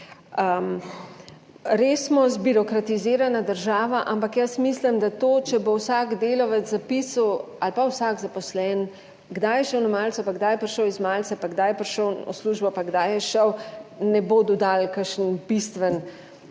Res smo zbirokratizirana država, ampak jaz mislim, da to, če bo vsak delavec zapisal ali pa vsak zaposlen, kdaj je šel na malico, pa kdaj je prišel iz malice pa kdaj je prišel v službo pa kdaj je šel, ne bodo dali kakšen bistven